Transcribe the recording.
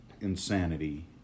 insanity